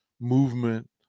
movement